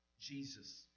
Jesus